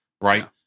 Right